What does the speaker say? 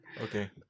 Okay